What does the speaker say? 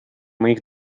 моих